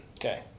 Okay